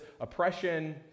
oppression